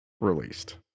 released